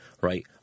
right